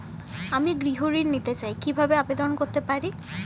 আমি গৃহ ঋণ নিতে চাই কিভাবে আবেদন করতে পারি?